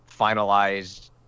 finalized